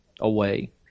away